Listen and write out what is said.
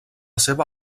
seva